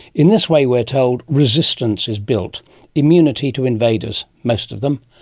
in this way, we're told, resistance is built immunity to invaders, most of them.